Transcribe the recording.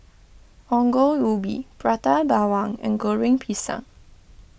Ongol Ubi Prata Bawang and Goreng Pisang